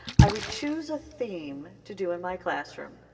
i would choose a theme to do in my classroom,